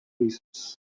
reasons